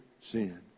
sin